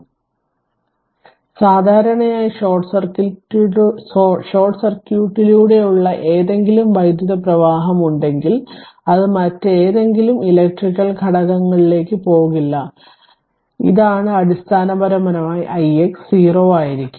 അതിനാൽ സാധാരണയായി ഷോർട്ട് സർക്യൂട്ടിലൂടെയുള്ള ഏതെങ്കിലും വൈദ്യുത പ്രവാഹം ഉണ്ടെങ്കിൽ അത് മറ്റേതെങ്കിലും ഇലക്ട്രിക്കൽ ഘടകങ്ങളെലേക്ക് പോകില്ല അതിനാൽ ഇതാണ് അടിസ്ഥാനപരമായി ix 0 ആയിരിക്കും